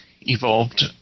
evolved